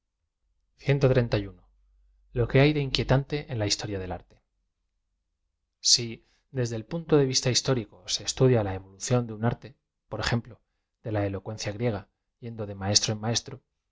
xo que hay de inquietante en la historia del arte si deade el punto de vista histórico se estudia la evolución de un arte por ejemplo de la elocuencia griega yendo de maestro